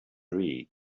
read